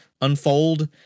unfold